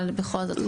אבל בכל זאת,